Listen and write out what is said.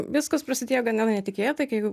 viskas prasidėjo gana netikėtai kai